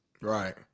Right